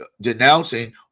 denouncing